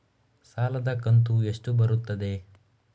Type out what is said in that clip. ಸಾಲದ ಕಂತು ಎಷ್ಟು ಬರುತ್ತದೆ?